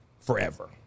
forever